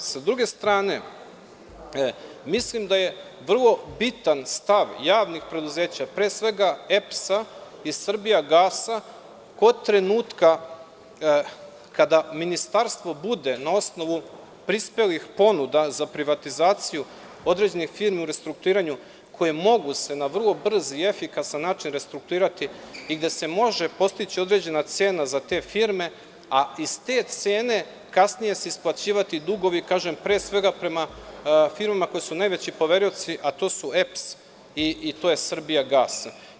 S druge strane, mislim da je vrlo bitan stav javnih preduzeća, pre svega EPS-a i Srbijagasa kod trenutka kada Ministarstvo bude na osnovu prispelih ponuda za privatizaciju određenih firmi u restrukturiranju koje se mogu na vrlo brz i efikasan način restrukturirati i gde se može postići određena cena za te firme, a iz te cene kasnije se isplaćivati, pre svega prema firmama koje su najveći poverioci, a to su EPS i Srbijagas.